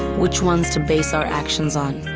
which ones to base our actions on,